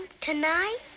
tonight